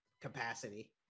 capacity